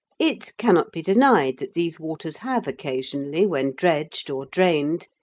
it cannot be denied that these waters have occasionally, when dredged or drained,